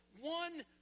one